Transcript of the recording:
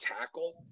tackle